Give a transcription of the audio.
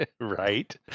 Right